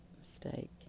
mistake